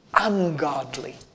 ungodly